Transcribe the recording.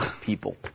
people